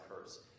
curse